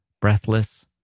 breathless